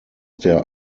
der